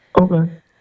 Okay